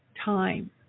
time